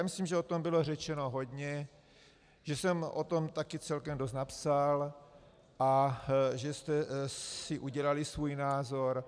Myslím, že o tom bylo řečeno hodně, že jsem o tom taky celkem dost napsal a že jste si udělali svůj názor.